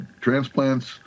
transplants